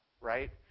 right